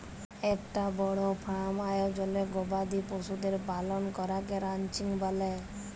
একটা বড় ফার্ম আয়জলে গবাদি পশুদের পালন করাকে রানচিং ব্যলে